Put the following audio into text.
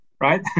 right